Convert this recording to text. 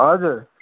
हजुर